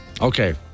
Okay